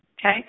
okay